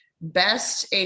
best